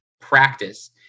practice